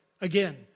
Again